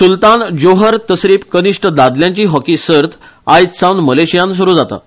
Sultan Johor तसरिप कनीष्ट दादल्यांची हॉकी सर्त आयजसावन मलेशियांत सुरु जाता